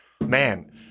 man